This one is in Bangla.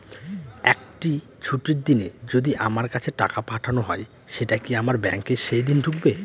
একটি ছুটির দিনে যদি আমার কাছে টাকা পাঠানো হয় সেটা কি আমার ব্যাংকে সেইদিন ঢুকবে?